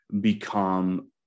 become